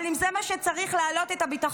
אבל אם זה מה שצריך להעלות את הביטחון,